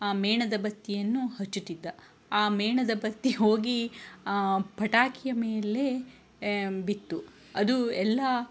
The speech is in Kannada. ಆ ಮೇಣದ ಬತ್ತಿಯನ್ನು ಹಚ್ಚುತ್ತಿದ್ದ ಆ ಮೇಣದ ಬತ್ತಿ ಹೋಗಿ ಪಟಾಕಿಯ ಮೇಲೆ ಬಿತ್ತು ಅದು ಎಲ್ಲ